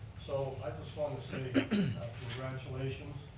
so i just want to say congratulations.